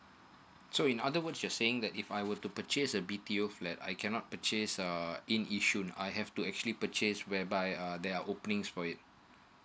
so in other words you're saying that if I were to purchase a b t o flat I cannot purchase uh in yishun I have to actually purchase whereby uh there are openings for it